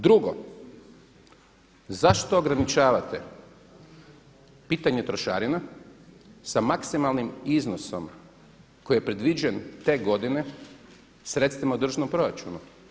Drugo, zašto ograničavate pitanje trošarina sa maksimalnim iznosom koji je predviđen te godine sredstvima u državnom proračunu.